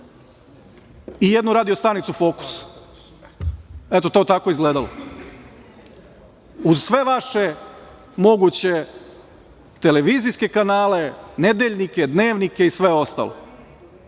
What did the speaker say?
i jednu radio stanicu „Fokus“ eto, to je tako izgledalo. Uz sve vaše moguće televizijske kanale, nedeljnike, dnevnike i sve ostalo.